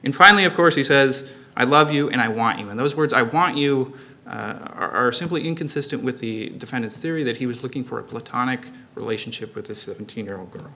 and finally of course he says i love you and i want you and those words i want you are simply inconsistent with the defense theory that he was looking for a platonic relationship with a seventeen year old girl